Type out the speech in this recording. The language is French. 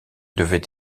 devaient